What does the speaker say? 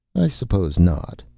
i suppose not,